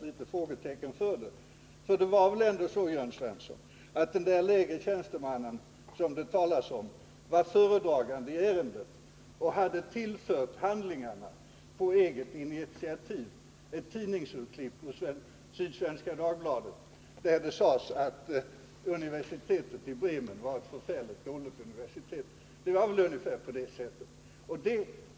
Det var väl ändå så, Jörn Svensson, att den lägre tjänsteman som det talas om var föredragande i ärendet och på eget initiativ hade tillfört handlingarna ett tidningsklipp ur Sydsvenska Dagbladet, där det sades att universitetet i Bremen var ett förfärligt dåligt universitet.